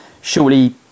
shortly